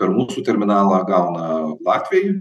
per mūsų terminalą gauna latviai